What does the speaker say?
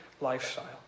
lifestyle